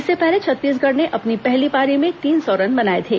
इससे पहले छत्तीसगढ़ ने अपनी पहली पारी में तीन सौ रन बनाए थे